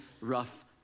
rough